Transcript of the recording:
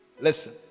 listen